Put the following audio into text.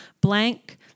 Blank